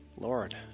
Lord